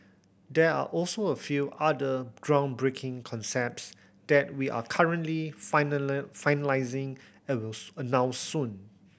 there are also a few other groundbreaking concepts that we're currently finalising and will announce soon